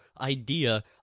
idea